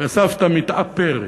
וסבתא מתאפרת.